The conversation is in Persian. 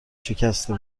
شکسته